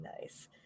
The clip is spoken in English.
nice